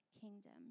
kingdom